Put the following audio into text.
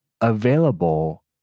available